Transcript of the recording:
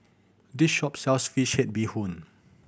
this shop sells fish head bee hoon